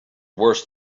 worse